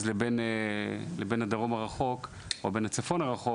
לבין הדרום הרחוק או בין הצפון הרחוק